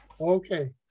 Okay